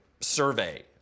survey